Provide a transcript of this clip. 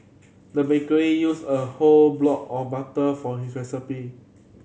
the baker used a whole block of butter for his recipe